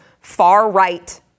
far-right